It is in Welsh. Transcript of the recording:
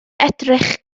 edrych